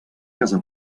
casa